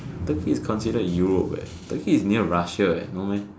Turkey is considered Europe eh Turkey is near Russia eh no meh